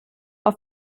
auf